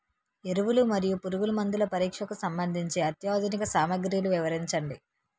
ఎరువులు మరియు పురుగుమందుల పరీక్షకు సంబంధించి అత్యాధునిక సామగ్రిలు వివరించండి?